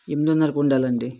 ఎనిమిదినర్రకి ఉండాలి అండి